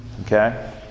Okay